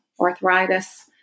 arthritis